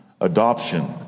adoption